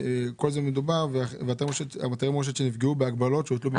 וכל זה מדובר על בתי מורשת שנפגעו בהגבלות שהוטלו.